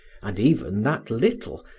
and even that little,